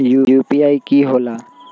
UPI कि होला?